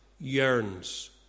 yearns